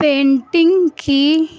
painting کی